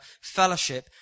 fellowship